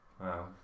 Wow